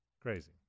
crazy